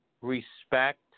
respect